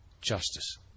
justice